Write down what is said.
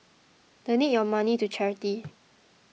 donate your money to charity